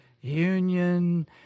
union